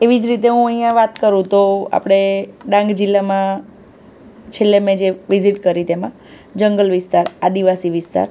એવી જ રીતે હું અહીંયા વાત કરું તો આપણે ડાંગ જિલ્લામાં છેલ્લે મેં જે વિઝિટ કરી તેમાં જંગલ વિસ્તાર આદિવાસી વિસ્તાર